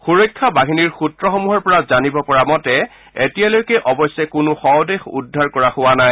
সুৰক্ষা বাহিনীৰ সূত্ৰসমূহৰ পৰা জানিব পৰা মতে এতিয়ালৈকে অৱশ্যে কোনো শৱ দেহ উদ্ধাৰ কৰা হোৱা নাই